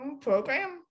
program